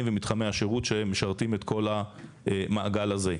ומתחמי השירות שמשרתים את כל המעגל הזה.